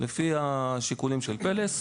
לפי השיקולים של "פלס".